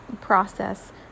process